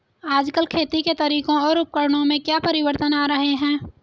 आजकल खेती के तरीकों और उपकरणों में क्या परिवर्तन आ रहें हैं?